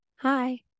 hi